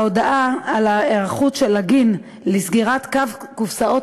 ההודעה על ההיערכות של "לגין" לסגירת קו קופסאות